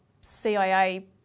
CIA